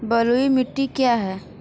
बलुई मिट्टी क्या है?